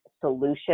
solution